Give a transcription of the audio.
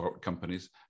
companies